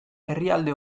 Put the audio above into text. herrialde